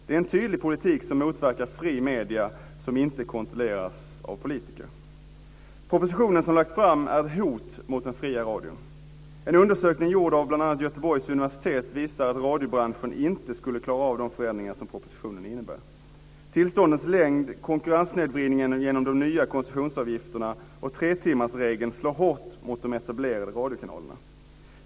Det är en tydlig politik som motverkar fria medier som inte kontrolleras av politiker. Den proposition som lagts fram är ett hot mot den fria radion. En undersökning gjord av Göteborgs universitet visar att radiobranschen inte skulle klara av de förändringar som propositionen innebär. Tillståndens längd, konkurrenssnedvridningen genom de nya koncessionsavgifterna och tretimmarsregeln slår hårt mot de etablerade radiokanalerna.